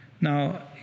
Now